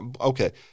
okay